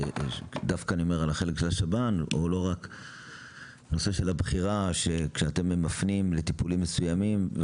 לחלק של השב"ן בנושא הבחירה שאתם מפנים לטיפולים מסוימים.